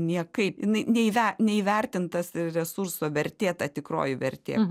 niekaip jinai neįve neįvertintas resurso vertė ta tikroji vertė